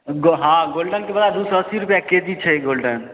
गो हाँ गोल्डनके बड़ा दू सए अस्सी रुपैआ के जी छै गोल्डन